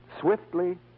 swiftly